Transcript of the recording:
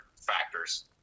factors